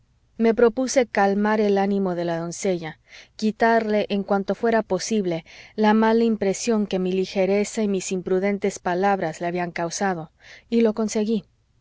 me propuse calmar el ánimo de la doncella quitarle en cuanto fuera posible la mala impresión que mi ligereza y mis imprudentes palabras le habían causado y lo conseguí